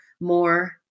more